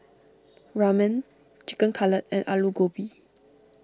Ramen Chicken Cutlet and Alu Gobi